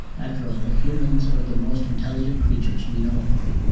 after all humans are the most intelligent creatures we know off.